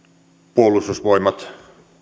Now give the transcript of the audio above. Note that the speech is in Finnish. puolustusvoimat